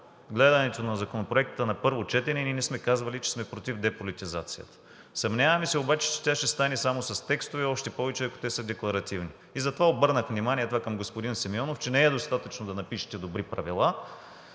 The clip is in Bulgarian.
гледането на Законопроекта на първо четене не сме казвали, че сме против деполитизацията. Съмняваме се обаче, че тя ще стане само с текстове, още повече, ако те са декларативни, и затова обърнах внимание – това към господин Симеонов, че не е достатъчно да напишете добри правила,